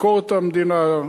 ביקורת המדינה,